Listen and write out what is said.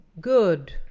good